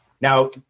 now